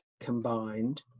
combined